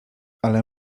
ale